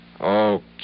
Okay